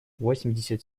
восемьдесят